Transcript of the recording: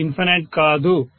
ఇది ఇన్ఫనైట్ కాదు